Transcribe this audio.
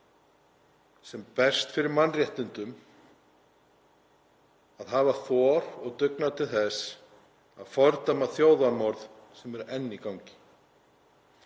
sem berst fyrir mannréttindum að hafa þor og dugnað til þess að fordæma þjóðarmorð sem eru enn í gangi,